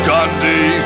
Gandhi